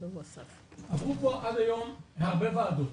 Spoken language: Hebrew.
עברו פה עד היום הרבה ועדות,